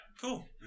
Cool